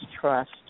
trust